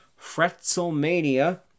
Fretzelmania